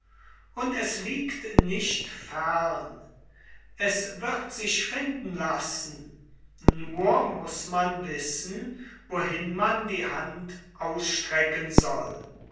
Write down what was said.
und es liegt nicht fern es wird sich finden lassen nur muß man wissen wohin man die hand ausstrecken soll